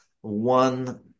one